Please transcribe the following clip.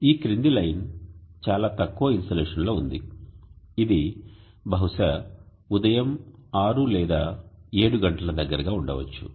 ఈ క్రింది లైన్ చాలా తక్కువ ఇన్సోలేషన్లో ఉంది ఇది బహుశా ఉదయం 6 లేదా 7 గంటల దగ్గరగా ఉండవచ్చు